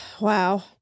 Wow